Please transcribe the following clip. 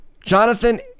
Jonathan